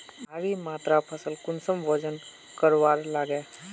भारी मात्रा फसल कुंसम वजन करवार लगे?